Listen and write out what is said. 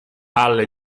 alle